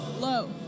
low